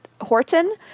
Horton